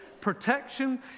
protection